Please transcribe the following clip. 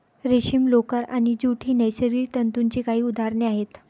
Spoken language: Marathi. रेशीम, लोकर आणि ज्यूट ही नैसर्गिक तंतूंची काही उदाहरणे आहेत